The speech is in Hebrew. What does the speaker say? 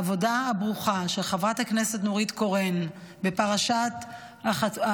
אני רוצה לומר: העבודה הברוכה של חברת הכנסת נורית קורן בפרשת החטיפה